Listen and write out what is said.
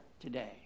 today